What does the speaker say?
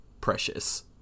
precious